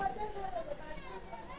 मुझे कहां निवेश करना चाहिए?